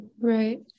Right